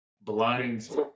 blinds